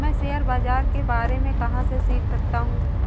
मैं शेयर बाज़ार के बारे में कहाँ से सीख सकता हूँ?